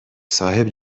صاحب